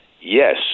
yes